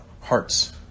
hearts